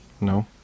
No